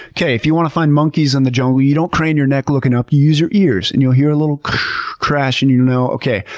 if you want to find monkeys in the jungle, you don't crane your neck looking up, you use your ears and you'll hear a little crash and you know, okay,